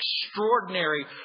extraordinary